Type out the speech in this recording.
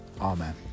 Amen